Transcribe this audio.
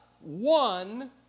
one